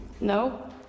No